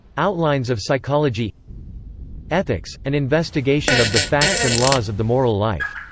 outlines of psychology ethics an investigation of the facts and laws of the moral life.